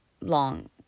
long